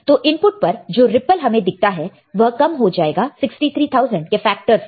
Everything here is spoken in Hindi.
तो इनपुट पर जो रिप्पल हमें दिखता है वह कम हो जाएगा 63000 के factor से